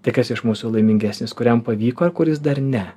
tai kas iš mūsų laimingesnis kuriam pavyko ar kuris dar ne